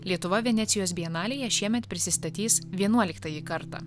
lietuva venecijos bienalėje šiemet prisistatys vienuoliktąjį kartą